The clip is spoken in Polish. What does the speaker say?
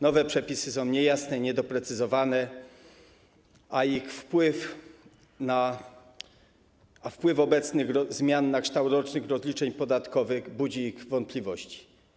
Nowe przepisy są niejasne i niedoprecyzowane, a wpływ obecnych zmian na kształt rocznych rozliczeń podatkowych budzi wątpliwości.